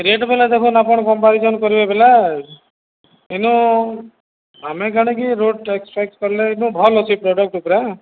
rate ପେହଲା ଦେଖନ୍ତୁ ଆପଣ କମ୍ପାରିଜନ କରିବେ ବେଲେ ଏଇନୁ ଆମେ କାଣିକି ରୋଟ୍ ଟେକ୍ସ ଫେକ୍ସ କଲେ ଏନୁ ଭଲ ଅଛି ପ୍ରଡ଼କ୍ଟ ପୁରା